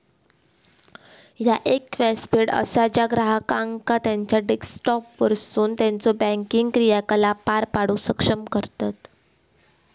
ह्या एक व्यासपीठ असा ज्या ग्राहकांका त्यांचा डेस्कटॉपवरसून त्यांचो बँकिंग क्रियाकलाप पार पाडूक सक्षम करतत